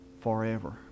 forever